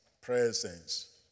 presence